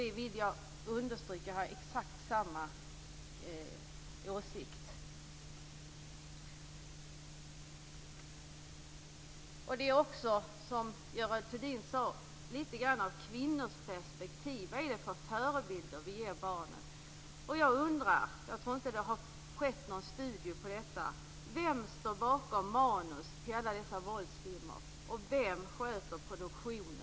Det vill jag understryka. Jag har exakt samma åsikt. Det är också, som Görel Thurdin sade, litet grand av kvinnoperspektiv. Vad är det för förebilder vi ger barnen? Jag undrar, jag tror inte att det har skett någon studie av detta: Vem står bakom manus till alla dessa våldsfilmer? Vem sköter produktionen?